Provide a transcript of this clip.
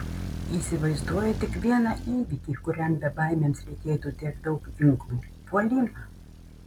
įsivaizduoju tik vieną įvykį kuriam bebaimiams reikėtų tiek daug ginklų puolimą